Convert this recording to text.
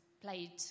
played